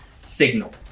signal